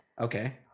Okay